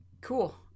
Cool